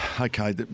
okay